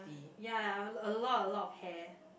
ya ya a lot a lot of hair